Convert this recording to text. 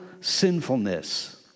sinfulness